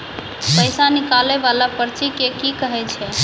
पैसा निकाले वाला पर्ची के की कहै छै?